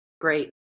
great